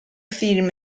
film